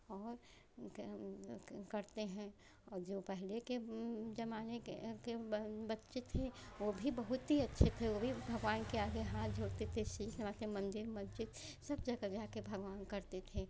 और करते हैं और जो पहले के ज़माने के एक बच्चे थे वे भी बहुत ही अच्छे थे वे भी भगवान के आगे हाथ जोड़ते थे शीश नवा के मंदिर मस्जिद सब जगह जाकर भगवान करते हैं